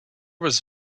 was